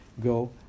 go